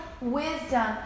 wisdom